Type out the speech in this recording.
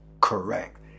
Correct